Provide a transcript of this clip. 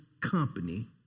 company